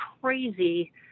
crazy